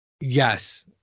Yes